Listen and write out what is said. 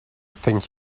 think